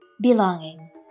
Belonging